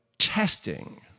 Testing